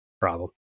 problem